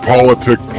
Politic